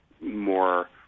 more